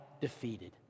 defeated